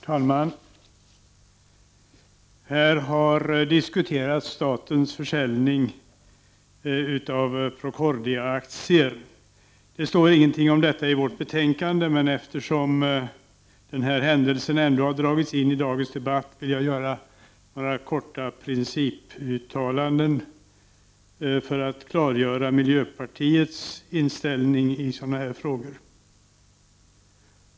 Herr talman! Här har diskuterats statens försäljning av Procordiaaktier. 13 december 1989 Det står ingenting om detta i betänkandet, men eftersom händelsen ändåhar = Aag dragits in i dagens debatt, vill jag göra några korta principuttalanden för att klargöra miljöpartiets inställning i sådana här frågor.